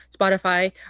Spotify